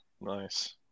Nice